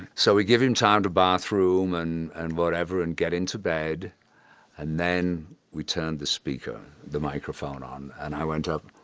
so we give him time to bathroom and and whatever and get into bed' and then we turn the speaker, the microphone on, and i went up,